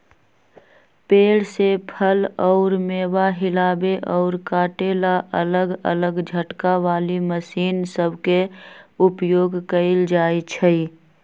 पेड़ से फल अउर मेवा हिलावे अउर काटे ला अलग अलग झटका वाली मशीन सब के उपयोग कईल जाई छई